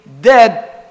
dead